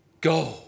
Go